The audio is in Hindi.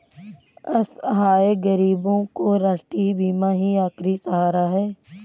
असहाय गरीबों का राष्ट्रीय बीमा ही आखिरी सहारा है